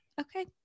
okay